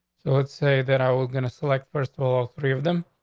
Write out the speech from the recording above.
so let's say that i was gonna select first of all, three of them.